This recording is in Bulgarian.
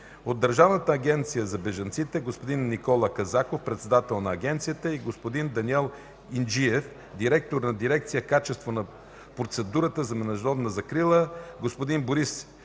от Държавната агенция за бежанците – господин Никола Казаков – председател на Агенцията, господин Даниел Инджиев – директор на дирекция „Качество на процедурата за международна закрила” и госпожа Калина